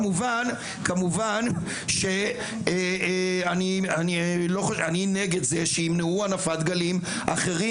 כמובן שאני נגד זה שימנעו הנפת דגלים אחרים,